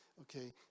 okay